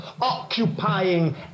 occupying